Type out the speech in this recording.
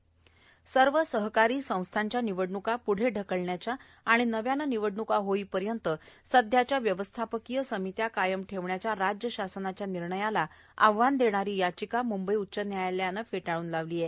उच्च न्यायालय सर्व सहकारी संस्थाच्या निवडण्का प्रढे ढकलण्याच्या आणि नव्यानं निवडण्का होईपर्यंत सध्याच्या व्यवस्थापकीय समित्या कायम ठेवण्याच्या राज्य शासनाच्या निर्णयाला आव्हान देणारी याचिका मुंबई उच्च न्यायालयानं फेटाळली आहे